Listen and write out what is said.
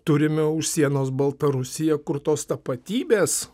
turime už sienos baltarusiją kur tos tapatybės